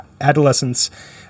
adolescence